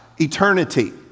eternity